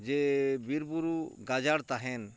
ᱡᱮ ᱵᱤᱨᱵᱩᱨᱩ ᱜᱟᱡᱟᱲ ᱛᱟᱦᱮᱱ